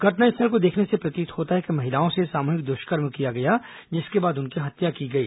घटनास्थल को देखने से प्रतीत होता है कि महिलाओं से सामूहिक दृष्कर्म किया गया जिसके बाद उनकी हत्या की गई